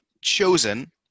chosen